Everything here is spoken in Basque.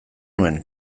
nuen